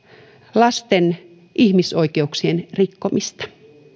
lasten ihmisoikeuksien rikkomista